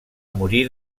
morir